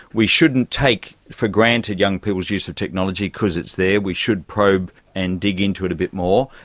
we shouldn't take for granted young people's use of technology because it's there, we should probe and dig into it a bit more.